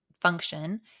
function